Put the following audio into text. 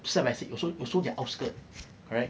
side by side also also their outskirt correct